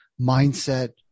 mindset